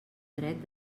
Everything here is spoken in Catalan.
dret